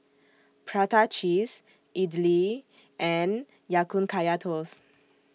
Prata Cheese Idly and Ya Kun Kaya Toast